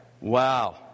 Wow